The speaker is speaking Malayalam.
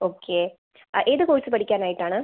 ഓക്കെ ആ ഏത് കോഴ്സ് പഠിക്കാൻ ആയിട്ടാണ്